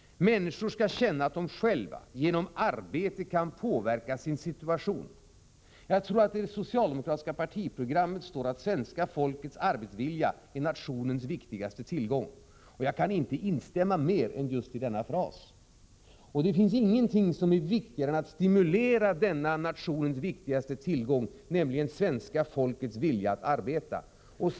Människor skall känna att de själva genom arbete kan påverka sin situation. Jag tror att det i det socialdemokratiska partiprogrammet står att svenska folkets arbetsvilja är nationens viktigaste tillgång. Jag kan inte instämma i mer än just denna fras. Det finns ingenting som är viktigare än att stimulera denna nationens viktigaste tillgång, nämligen svenska folkets vilja att arbeta.